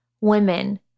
women